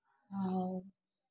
और